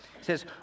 says